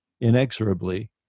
inexorably